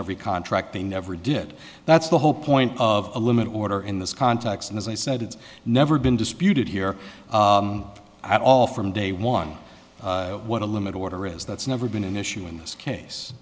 every contract they never did that's the whole point of a limit order in this context and as i said it's never been disputed here at all from day one what a limit order is that's never been an issue in this case